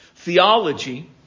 Theology